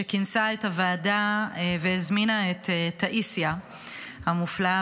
שכינסה את הוועדה והזמינה את טאיסיה המופלאה